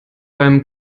beim